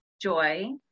joy